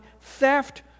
theft